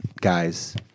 guys